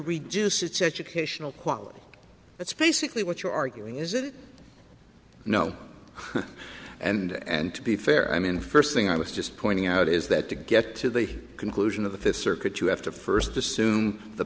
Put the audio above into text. reduce its educational quality that's basically what you're arguing is it no and to be fair i mean first thing i was just pointing out is that to get to the conclusion of the fifth circuit you have to first assume the